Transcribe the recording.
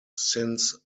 since